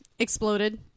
Exploded